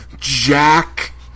Jack